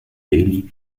daily